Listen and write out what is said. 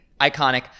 iconic